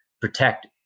protect